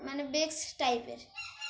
মানে বেস্ট টাইপের